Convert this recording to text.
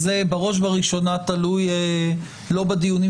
זה בראש וראשונה תלוי לא בדיונים